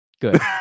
good